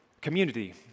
community